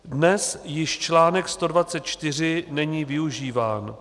Dnes již článek 124 není využíván.